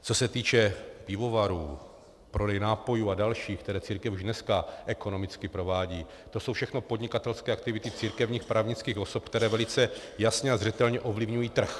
Co se týče pivovarů, prodeje nápojů a dalších, které církev už dneska ekonomicky provádí, to jsou všechno podnikatelské aktivity církevních právnických osob, které velice jasně a zřetelně ovlivňují trh.